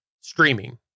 streaming